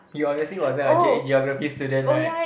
you obviously wasn't a J~ Geography student right